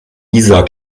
isar